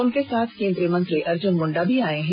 उनके साथ केंद्रीय मंत्री अर्जुन मुण्डा भी आए हैं